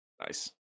Nice